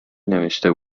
نوشته